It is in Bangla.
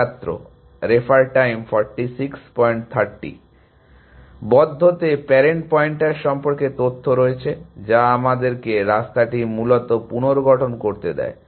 ছাত্র বদ্ধতে প্যারেন্ট পয়েন্টার সম্পর্কে সমস্ত তথ্য রয়েছে যা আমাদেরকে রাস্তাটি মূলত পুনর্গঠন করতে দেয়